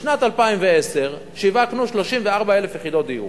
בשנת 2010 שיווקנו 34,000 יחידות דיור.